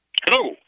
Hello